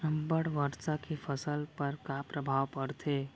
अब्बड़ वर्षा के फसल पर का प्रभाव परथे?